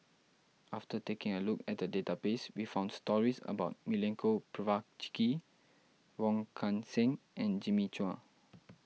after taking a look at the database we found stories about Milenko Prvacki Wong Kan Seng and Jimmy Chua